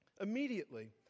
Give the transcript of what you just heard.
immediately